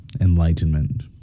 enlightenment